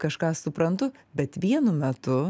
kažką suprantu bet vienu metu